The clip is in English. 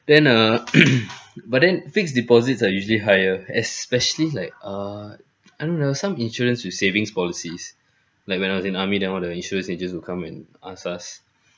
then err but then fixed deposits are usually higher especially like err I don't know some insurance with savings policies like when I was in the army then all the insurance agents will come and ask us